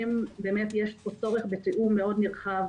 באמת יש פה צורך בתיאום מאוד נרחב.